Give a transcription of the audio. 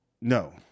No